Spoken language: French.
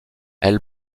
elle